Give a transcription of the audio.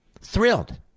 Thrilled